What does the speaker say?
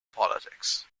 politics